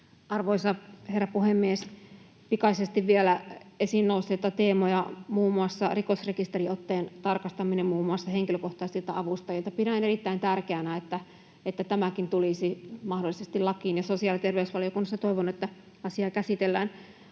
Arvoisa herra puhemies! Pikaisesti vielä esiin nousseista teemoista, muun muassa rikosrekisteriotteen tarkastamisesta muun muassa henkilökohtaisilta avustajilta. Pidän erittäin tärkeänä, että tämäkin tulisi mahdollisesti lakiin, ja sosiaali- ja terveysvaliokunnassa toivon, että asiaa käsitellään.